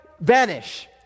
vanish